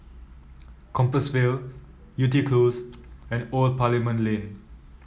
Compassvale Yew Tee Close and Old Parliament Lane